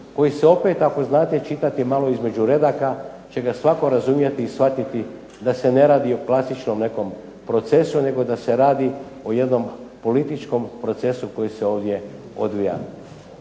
koji se opet ako znate čitati malo između redaka će ga svatko razumjeti i shvatiti da se ne radi o nekom plastičnom procesu nego da se radi o jednom političkom procesu koji se ovdje odvija.